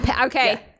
okay